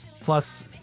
plus